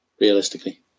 Realistically